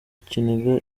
ikiniga